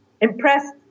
Impressed